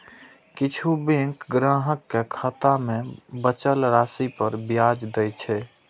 किछु बैंक ग्राहक कें खाता मे बचल राशि पर ब्याज दै छै